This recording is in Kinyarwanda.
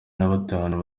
nabatanu